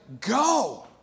go